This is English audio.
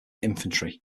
infantry